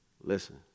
Listen